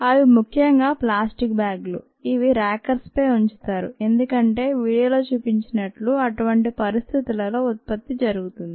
అవి ముఖ్యంగా ప్లాస్టిక్ బ్యాగులు వీటిని రాకర్స్ పై ఉంచుతారు ఎందుకంటే వీడియోలో చూపించినట్లుఅటువంటి పరిస్థితులలో ఉత్పత్తి జరుగుతుంది